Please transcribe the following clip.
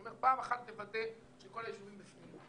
אני אומר, פעם אחת לוודא שכל היישובים בפנים.